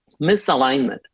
misalignment